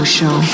Show